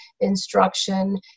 instruction